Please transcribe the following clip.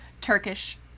turkish